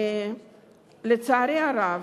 לצערי הרב,